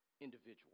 individual